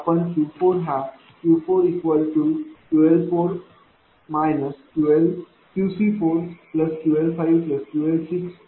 आपण Q4 हा Q4QL4 QC4QL5QL6